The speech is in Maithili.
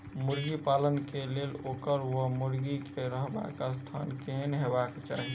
मुर्गी पालन केँ लेल ओकर वा मुर्गी केँ रहबाक स्थान केहन हेबाक चाहि?